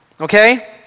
okay